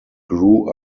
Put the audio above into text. grew